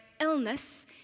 illness